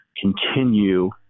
continue